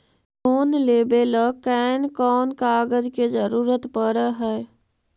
Loan लेबे ल कैन कौन कागज के जरुरत पड़ है?